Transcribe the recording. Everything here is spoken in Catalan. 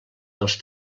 dels